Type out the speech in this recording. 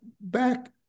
back